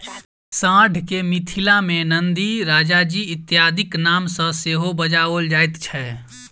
साँढ़ के मिथिला मे नंदी, राजाजी इत्यादिक नाम सॅ सेहो बजाओल जाइत छै